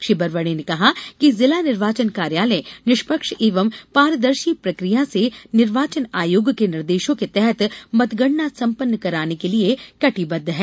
श्री वरवड़े ने कहा कि जिला निर्वाचन कार्यालय निष्पक्ष एवं पारदर्शी प्रक्रिया से निर्वाचन आयोग के निर्देशों के तहत मतगणना संपन्न कराने के लिए कटिबद्ध है